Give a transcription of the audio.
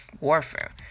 warfare